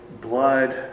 blood